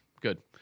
good